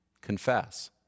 Confess